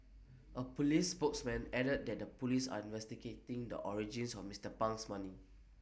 A Police spokesman added that the Police are investigating the origins of Mister Pang's money